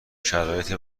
شرایط